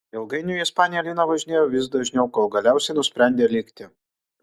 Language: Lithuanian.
ilgainiui į ispaniją lina važinėjo vis dažniau kol galiausiai nusprendė likti